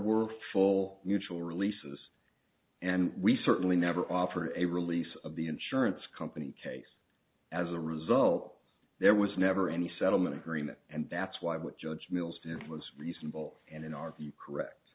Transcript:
were full mutual releases and we certainly never offered a release of the insurance company case as a result there was never any settlement agreement and that's why what judge mills did it was reasonable and in our view correct